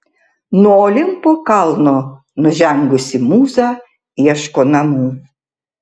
nuo olimpo kalno nužengusi mūza ieško namų